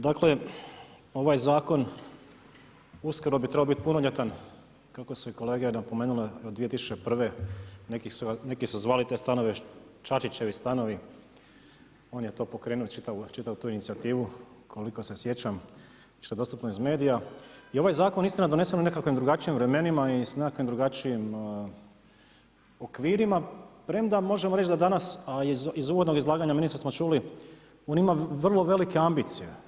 Dakle, ovaj Zakon uskoro bi trebao biti punoljetan, kako su kolege napomenule od 2001. neki su zvali te stanovi Čačićevi stanovi, on je to pokrenuo čitavu tu inicijativu koliko se sjećam što je dostupno iz medija i ovaj Zakon istina, donesen u nekakvim drugačijim vremenima i s nekakvim drugačijim okvirima premda možemo reći da danas, a iz uvodnog izlaganja ministra smo čuli, on ima vrlo velike ambicije.